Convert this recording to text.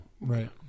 Right